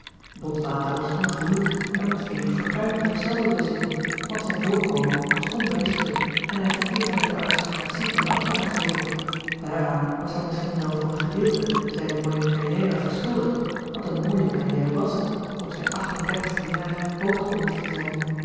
botwater was ongehuwd en moest eenig fortuin van zich zelven bezitten want zijn voorkomen was onberispelijk en hij verkeerde met de aristocratie van de ambtenaars wereld daaraan was hij misschien wel voor een gedeelte zijne mooie carrière verschuldigd want eene mooie carriêre was het op zijn acht en derstigste jaar hoofdcommies te zijn